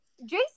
Jason